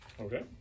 Okay